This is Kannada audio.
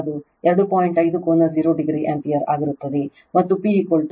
5 ಕೋನ 0 ಡಿಗ್ರಿ ಆಂಪಿಯರ್ ಆಗಿರುತ್ತದೆ